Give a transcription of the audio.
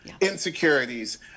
insecurities